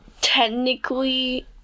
technically